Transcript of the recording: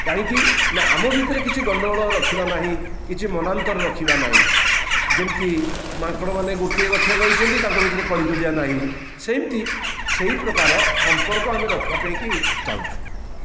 କାହିଁକି ନା ଆମ ଭିତରେ କିଛି ଗଣ୍ଡଗୋଳ ରଖିବା ନାହିଁ କିଛି ମନାନ୍ତର ରଖିବା ନାହିଁ ଯେମିତି ମାଙ୍କଡ଼ମାନେ ଗୋଟିଏ ଗଛରେ ରହିଛନ୍ତି ତାଙ୍କ ଭିତରେ କଳି କଜିଆ ନାହିଁ ସେମିତି ସେଇ ପ୍ରକାର ସମ୍ପର୍କ ଆମେ ରଖିବା ପାଇଁକି ଚାହୁଁଛୁ